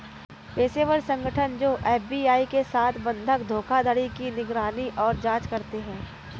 पेशेवर संगठन जो एफ.बी.आई के साथ बंधक धोखाधड़ी की निगरानी और जांच करते हैं